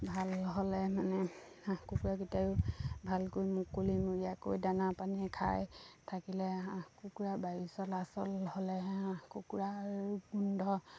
ভাল হ'লে মানে হাঁহ কুকুৰাকেইটাইও ভালকৈ মুকলিমূৰীয়াকৈ দানা পানীয়ে খাই থাকিলে হাঁহ কুকুৰা বায়ু চলাচল হ'লেহে হাঁহ কুকুৰাৰ গোন্ধ